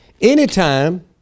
Anytime